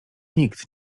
nikt